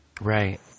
Right